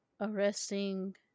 arresting